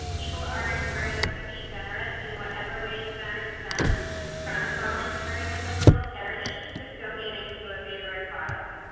people are encouraged to be generous in whatever ways matter to them from volunteering with a local charity to donating to a favorite cause.